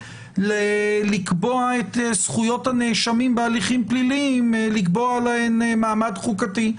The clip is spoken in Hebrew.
לקבוע את זכויות הנאשמים בהליכים פליליים בתוך מעמד חוקתי,